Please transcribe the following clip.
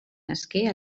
nasqué